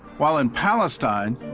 while in palestine,